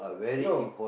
no